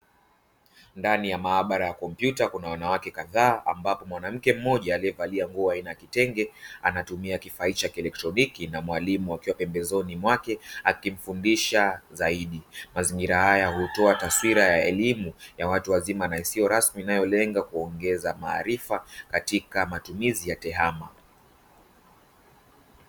Ndani ya maabara ya kompyuta kuna wanawake kadhaa, ambapo mwanamke mmoja aliyevalia nguo aina kitenge, anatumia kifaa hichi cha kielektroniki na mwalimu akiwa pembezoni mwake, akimfundisha zaidi mazingira haya hutoa taswira ya elimu ya watu wazima, na isiyo rasmi inayolenga kuongeza maarifa katika matumizi ya tehama.